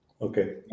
Okay